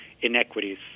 inequities